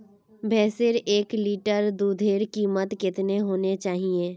भैंसेर एक लीटर दूधेर कीमत कतेक होना चही?